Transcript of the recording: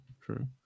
true